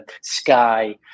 Sky